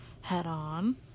head-on